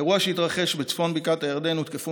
באירוע שהתרחש בצפון בקעת הירדן הותקפו